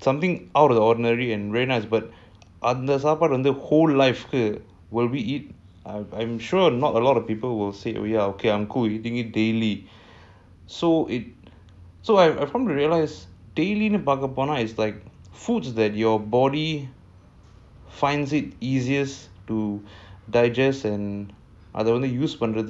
something out of the ordinary and very nice but அந்தசாப்பாடுவந்து:andha sapadu vandhu whole life will we eat I'm sure not a lot of people will say I'm cool with eating it daily so I've come to realise that daily பார்க்கபோனா:parka pona is like foods that your body finds it easiest to digest and அதவந்து:adha vandhu